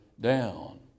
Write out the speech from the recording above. down